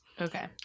Okay